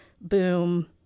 boom